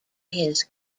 his